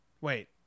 wait